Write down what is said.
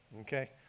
Okay